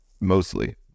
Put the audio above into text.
mostly